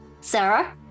sarah